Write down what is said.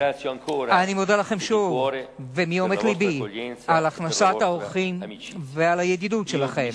אני מודה לכם שוב ומעומק לבי על הכנסת האורחים ועל הידידות שלכם.